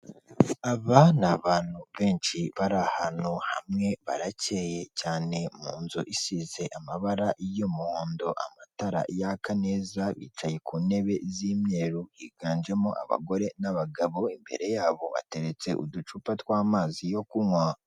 Aba ni abantu benshi bari ahantu hamwe baracyeye cyane, mu nzu isize amabara y'umuhondo amatara yaka neza bicaye ku ntebe z'imyeru, higanjemo abagore n'abagabo, imbere yabo hateretse uducupa tw'amazi yo kunywa.